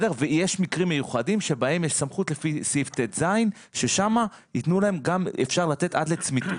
יש מקרים מיוחדים שבהם יש סמכות לפי סעיף טז ששם אפשר לתת עד לצמיתות.